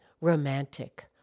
romantic